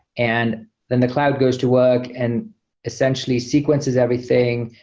and then the cloud goes to work and essentially sequences everything.